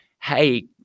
hey